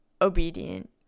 obedient